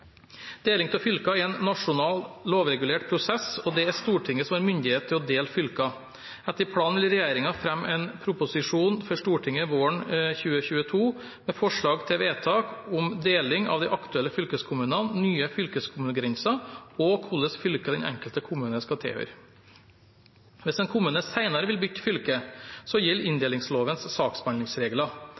Deling av fylker er en nasjonal lovregulert prosess, og det er Stortinget som har myndighet til å dele fylker. Etter planen vil regjeringen fremme en proposisjon for Stortinget våren 2022 med forslag til vedtak om deling av de aktuelle fylkeskommunene, nye fylkeskommunegrenser og hvilket fylke den enkelte kommune skal tilhøre. Hvis en kommune senere vil bytte fylke, gjelder inndelingslovens saksbehandlingsregler.